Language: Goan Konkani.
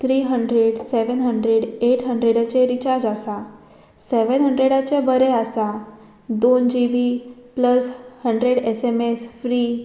three hundred seven hundred eight हंड्रेडाचेर रिचार्ज आसा सेवेन हंड्रेडाचे बरें आसा दोन G B plus hundred S M S free